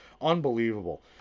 unbelievable